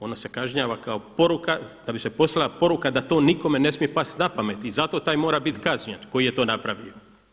Ono se kažnjava kao poruka, da bi se poslala poruka da to nikome ne smije past na pamet i zato taj mora bit kažnjen koji je to napravio.